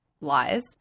lies